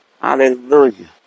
Hallelujah